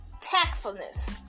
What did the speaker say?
tactfulness